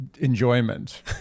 Enjoyment